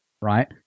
right